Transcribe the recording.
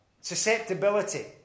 susceptibility